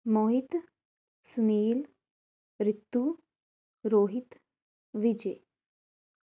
Mohit Sunil Ritu Rohit Vijay